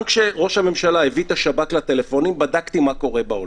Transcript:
גם כשראש הממשלה הביא את השב"כ לטלפונים בדקתי מה קורה בעולם,